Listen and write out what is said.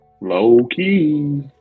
Low-key